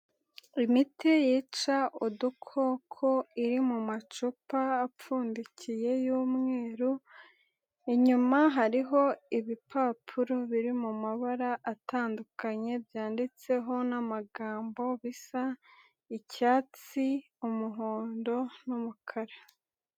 Imiti yica udukoko iri mu macupa apfundikiye y'umweru, inyuma hariho ibipapuro biri mu mabara atandukanye byanditseho n'amagambo bisa icyatsi, umuhondo n'umukara.